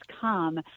come